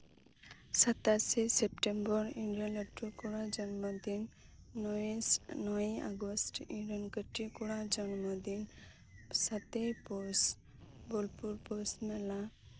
ᱥᱟᱛᱟᱥᱮ September ᱤᱧᱨᱮᱱ ᱞᱟᱹᱴᱩ ᱠᱚᱲᱟ ᱟᱜ ᱡᱚᱱᱢᱚ ᱫᱤᱱ ᱱᱚᱭ ᱱᱚᱭᱮ ᱟᱜᱚᱥᱴ ᱤᱧ ᱨᱮᱱ ᱠᱟᱹᱴᱤᱡ ᱠᱚᱲᱟ ᱟᱜ ᱡᱚᱱᱢᱚ ᱫᱤᱱ ᱥᱟᱛᱮᱭ ᱯᱳᱥ ᱵᱳᱞᱯᱩᱨ ᱯᱳᱥ ᱢᱮᱞᱟ